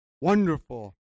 Wonderful